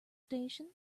station